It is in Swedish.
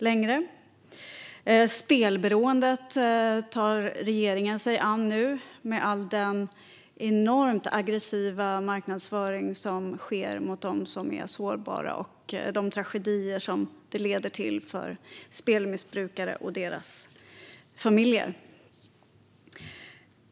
Regeringen tar sig nu an spelberoendet, vilket innefattar all den enormt aggressiva marknadsföring som sker mot dem som är sårbara och de tragedier som detta leder till för spelmissbrukare och deras familjer.